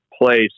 place